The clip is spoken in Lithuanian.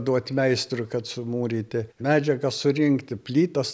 duot meistrui kad sumūryti medžiagą surinkti plytas